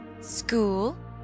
School